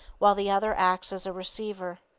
while the other acts as a receiver.